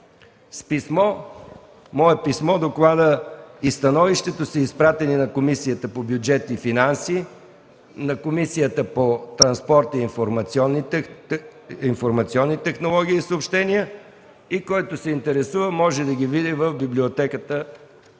С мое писмо докладът и становището са изпратени на Комисията по бюджет и финанси, на Комисията по транспорт и информационни технологии и съобщения. Който се интересува, може да ги види в Библиотеката